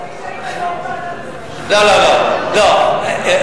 זה היה לפני